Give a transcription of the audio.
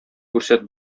күрсәт